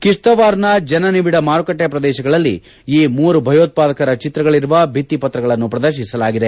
ಕಿಶ್ವವಾರ್ನ ಜನನಿಬಿಡ ಮಾರುಕಟ್ಟೆ ಪ್ರದೇಶಗಳಲ್ಲಿ ಈ ಮೂವರು ಭಯೋತ್ವಾದಕರ ಚಿತ್ರಗಳಿರುವ ಭಿತ್ತಿ ಪತ್ರಗಳನ್ನು ಶ್ರದರ್ತಿಸಲಾಗಿದೆ